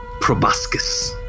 proboscis